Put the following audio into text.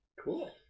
Cool